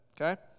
okay